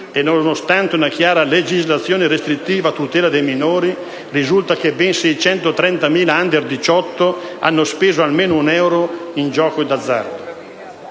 e, nonostante una chiara legislazione restrittiva a tutela dei minori, risulta che ben 630.000 *under* 18 hanno speso almeno un euro in giochi d'azzardo.